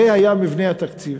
זה היה מבנה התקציב.